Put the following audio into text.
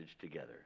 together